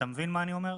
אתה מבין מה אני אומר?